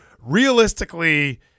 realistically